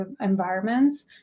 environments